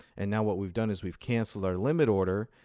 and now what we've done is we've canceled our limit order,